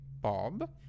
Bob